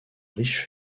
riche